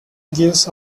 gives